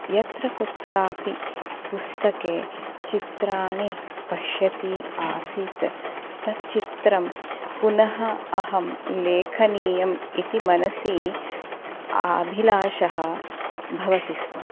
यत्र कुत्रापि पुस्तके चित्राणि पश्यन्ती आसीत् तच्चित्रं पुनः अहं लेखनीयम् इति मनसि अभिलाषः भवति स्म